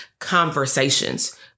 conversations